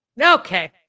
Okay